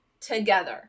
together